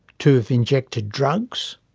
to have injected drugs,